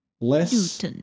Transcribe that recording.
less